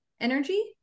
energy